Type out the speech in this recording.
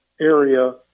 area